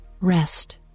rest